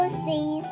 see